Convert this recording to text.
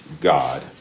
God